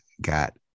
got